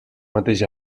mateix